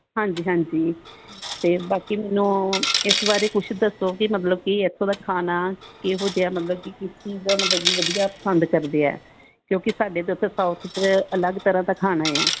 ਹਾਂਜੀ ਹਾਂਜੀ ਅਤੇ ਬਾਕੀ ਮੈਨੂੰ ਇਸ ਬਾਰੇ ਕੁਛ ਦੱਸੋ ਕਿ ਮਤਲਬ ਕਿ ਇੱਥੋਂ ਦਾ ਖਾਣਾ ਕਿਹੋ ਜਿਹਾ ਮਤਲਬ ਕਿ ਕਿਸ ਚੀਜ਼ ਦਾ ਮਤਲਬ ਕਿ ਵਧੀਆ ਪਸੰਦ ਕਰਦੇ ਹੈ ਕਿਉਂਕਿ ਸਾਡੇ ਤਾਂ ਉੱਧਰ ਸਾਊਥ 'ਚ ਅਲੱਗ ਤਰ੍ਹਾਂ ਦਾ ਖਾਣਾ ਹੈ